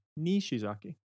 Nishizaki